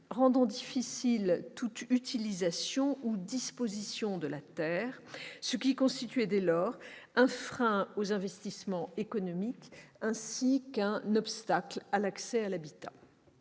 rendant difficile toute utilisation ou disposition de la terre, ce qui constituait dès lors un frein aux investissements économiques ainsi qu'un obstacle à l'accès à l'habitat.